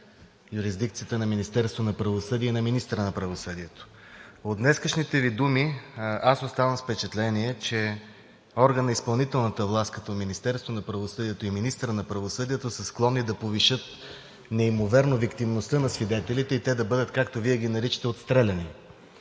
юрисдикцията на Министерството на правосъдието и на министъра на правосъдието. От днешните Ви думи оставам с впечатление, че орган на изпълнителната власт, като Министерството на правосъдието и министърът на правосъдието са склонни да повишат неимоверно виктимостта на свидетелите и те да бъдат, както Вие ги наричате отстреляни.